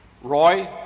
Roy